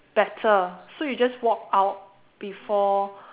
better so you just walk out before